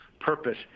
purpose